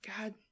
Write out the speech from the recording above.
God